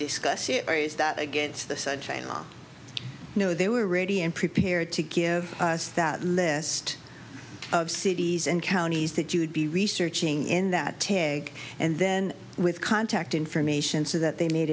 discuss it or use that against the sunshine law no they were ready and prepared to give us that list of cities and counties that you would be researching in that tegan and then with contact information so that they made